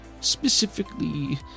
specifically